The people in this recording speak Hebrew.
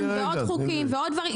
ועוד חוקים ועוד דברים.